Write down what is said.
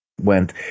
Went